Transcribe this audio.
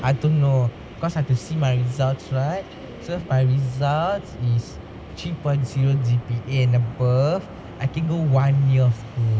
I don't know cause I've to see my results right so if my results is three point zero G_P_A and above I can go one year of school